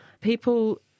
People